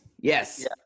Yes